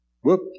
Whoop